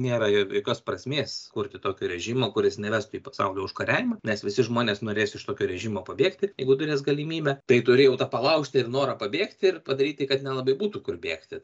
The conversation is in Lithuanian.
nėra jokios prasmės kurti tokio režimo kuris nevestų į pasaulio užkariavimą nes visi žmonės norės iš tokio režimo pabėgti jeigu turės galimybę tai turi jau tą palaužti ir norą pabėgti ir padaryti kad nelabai būtų kur bėgti